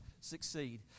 succeed